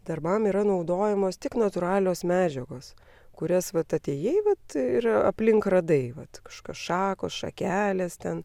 darbams yra naudojamos tik natūralios medžiagos kurias vat atėjai vat ir aplink radai vat kažkas šakos šakelės ten